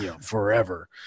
forever